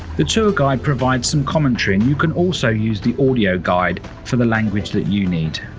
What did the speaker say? the tour guide provides some commentary and you can also use the audio guide for the language that you need.